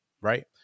right